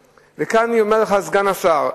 כאן אני אומר לך, סגן השר,